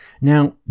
Now